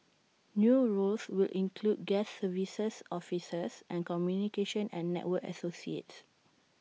new roles will include guest services officers and communication and network associates